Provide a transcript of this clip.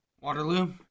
Waterloo